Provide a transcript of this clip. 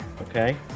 okay